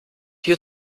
wir